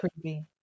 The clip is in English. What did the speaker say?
Creepy